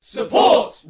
Support